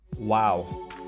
Wow